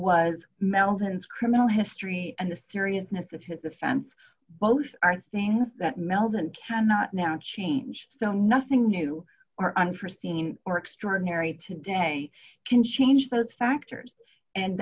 was meldon's criminal history and the seriousness of his offense both are things that meldon cannot now change so nothing new or unforeseen or extraordinary today can change those factors and